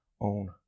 own